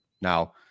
Now